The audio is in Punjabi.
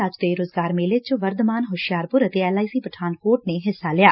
ਅੱਜ ਦੇ ਰੁਜ਼ਗਾਰ ਮੇਲੇ ਚ ਵਰਧਮਾਨ ਹੁਸ਼ਿਆਰਪੁਰ ਅਤੇ ਐਲ ਆਈ ਸੀ ਪਠਾਨਕੋਟ ਨੇ ਹਿੱਸਾ ਲਿਆ